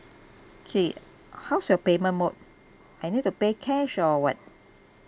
okay how's your payment mode I need to pay cash or what